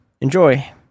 Enjoy